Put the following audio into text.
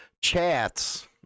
chats